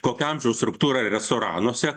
kokia amžiaus struktūra restoranuose